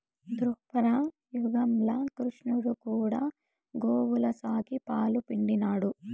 దోపర యుగంల క్రిష్ణుడు కూడా గోవుల సాకి, పాలు పిండినాడు